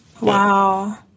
Wow